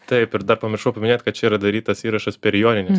taip ir dar pamiršau paminėt kad čia yra darytas įrašas per jonines